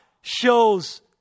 shows